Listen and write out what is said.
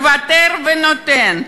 מוותר ונותן,